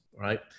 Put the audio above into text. right